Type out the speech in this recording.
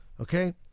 Okay